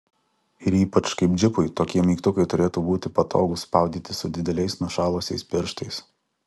ir ypač kaip džipui tokie mygtukai turėtų būti patogūs spaudyti su dideliais nušalusiais pirštais